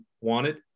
wanted